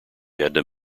had